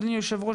אדוני היו"ר,